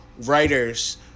writers